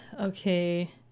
okay